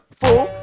fool